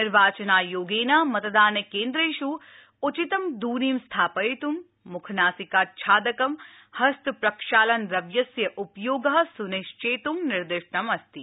निर्वाचनायोगेन मतदानकेन्द्रेष उचितदरी स्थापयित मुखनासिकाच्छादक हस्तप्रक्षालनद्रव्यस्य उपयोगः सनिश्चेत् निर्दिष्ट अस्ति